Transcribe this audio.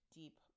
deep